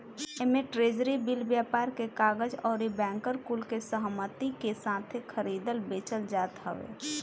एमे treasury bill, व्यापार के कागज अउरी बैंकर कुल के सहमती के साथे खरीदल बेचल जात हवे